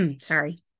sorry